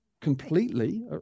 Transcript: completely